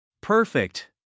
Perfect